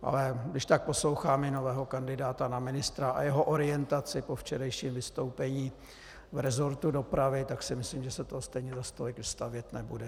Ale když tak posloucháme nového kandidáta na ministra a jeho orientaci po včerejším vystoupení v resortu dopravy, tak si myslím, že se toho stejně zas tolik stavět nebude.